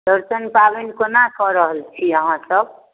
चौड़चन पाबनि कोना कऽ रहल छी अहाँसभ